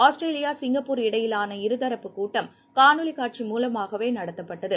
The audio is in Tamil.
ஆஸ்திரேலியா சிங்கப்பூர் இடையிலான இரு தரப்பு கூட்டம் காணொளி காட்சி மூலமாகவே நடத்தப்பட்டது